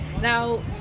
Now